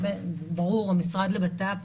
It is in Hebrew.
וברור עם המשרד לביטחון פנים,